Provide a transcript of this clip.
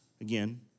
again